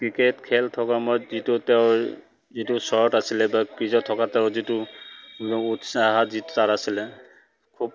cricket খেল থকা সময়ত যিটো তেওঁৰ যিটো শ্বট আছিলে বা ক্ৰিজত থকা তেওঁৰ যিটো উৎসাহ যিটো তাৰ আছিলে খুব